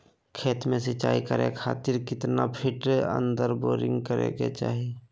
खेत में सिंचाई करे खातिर कितना फिट अंदर बोरिंग करे के चाही?